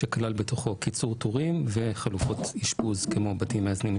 שכלל בתוכו קיצור תורים וחלופות אשפוז כמו בתים מאזנים,